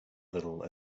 little